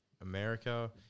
America